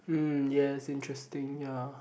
mm yes interesting ya